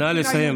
נא לסיים,